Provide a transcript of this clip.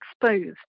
exposed